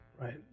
right